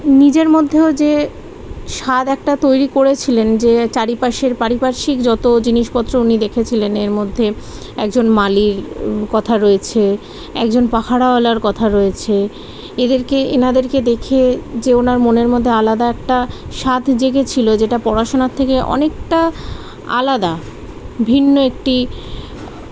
নিজের মধ্যেও যে স্বাদ একটা তৈরি করেছিলেন যে চারিপাশের পারিপার্শ্বিক যতো জিনিসপত্র উনি দেখেছিলেন এর মধ্যে একজন মালির কথা রয়েছে একজন পাহারাওলার কথা রয়েছে এদেরকে এঁদেরকে দেখে যে ওঁর মনের মধ্যে আলাদা একটা স্বাদ জেগেছিলো যেটা পড়াশোনার থেকে অনেকটা আলাদা ভিন্ন একটি